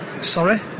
sorry